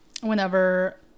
whenever